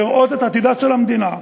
לראות את עתידה של המדינה.